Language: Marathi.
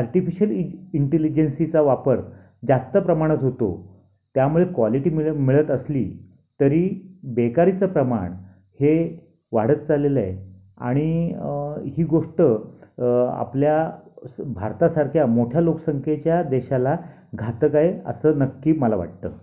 आर्टिफिशल इ इंटेलिजन्सीचा वापर जास्त प्रमाणात होतो त्यामुळे क्वालिटी मिळं मिळत असली तरी बेकारीचं प्रमाण हे वाढत चाललेलं आहे आणि ही गोष्ट आपल्या स भारतासारख्या मोठ्या लोकसंख्येच्या देशाला घातक आहे असं नक्की मला वाटतं